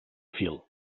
fil